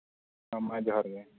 ᱦᱳᱭ ᱡᱚᱦᱟᱨ ᱜᱮ